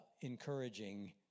encouraging